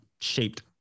shaped